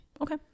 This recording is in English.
Okay